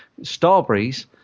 Starbreeze